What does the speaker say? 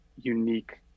unique